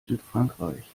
südfrankreich